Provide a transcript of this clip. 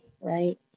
right